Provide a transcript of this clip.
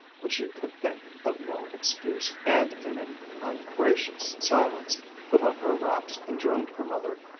but she could think of no excuse, and in an ungracious silence put on her wraps and joined her mother,